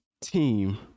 team